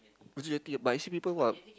but I see people !wah!